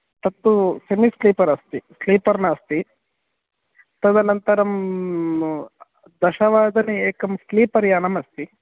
तत्तु सेमिस्लीपर् अस्ति स्लीपर् नास्ति तदनन्तरं दशवादने एकं स्लीपर् यानम् अस्ति